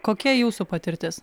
kokia jūsų patirtis